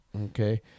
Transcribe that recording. Okay